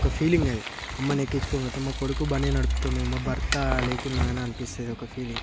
ఒక ఫీలింగ్ అది అమ్మ నెక్కించుకొని పోతే మా కొడుకు బండి నడుపుతుండు మా భర్త లేకున్నా అని అనిపిస్తుంది ఒక ఫీలింగ్